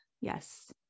yes